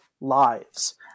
lives